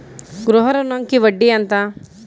గృహ ఋణంకి వడ్డీ ఎంత?